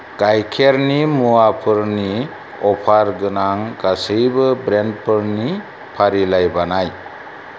गाइखेरनि मुवाफोरनि अफार गोनां गासैबो ब्रेन्डफोरनि फारिलाइ बानाय